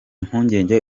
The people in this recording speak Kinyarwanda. mpungenge